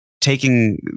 taking